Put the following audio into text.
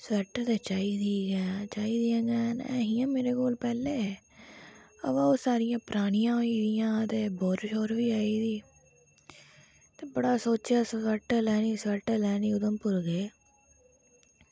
sweater सोचा दी ही ते ऐहियां मेरे कोल पैह्लें बाऽ ओह् सारियां परानियां होई दियां ते बूर बी आई दी ते बड़ा सोचेआ स्वेटर लैनी स्वेटर लैनी उधमपुर गे